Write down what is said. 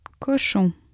Cochon